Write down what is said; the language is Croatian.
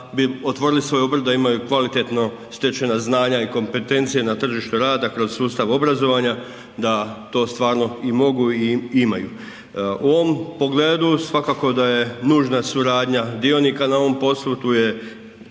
da bi otvorili svoj obrt da imaju kvalitetno stečena znanja i kompetencije na tržištu rada kroz sustav obrazovanja da to stvarno i mogu i imaju. U ovom pogledu svakako da je nužna suradnja dionika na ovom poslu, tu je